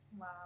wow